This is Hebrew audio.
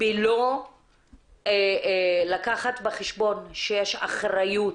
בלא לקחת בחשבון שיש אחריות